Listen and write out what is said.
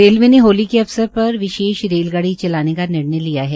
railway ने होली के अवसर पर विशेष रेलगाड़ी चलाने का निर्णय लिया है